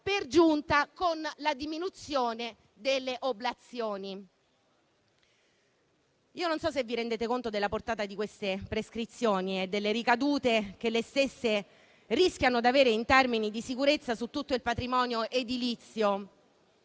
per giunta con la diminuzione delle oblazioni. Io non so se vi rendete conto della portata di queste prescrizioni e delle ricadute che le stesse rischiano di avere in termini di sicurezza su tutto il patrimonio edilizio